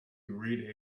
read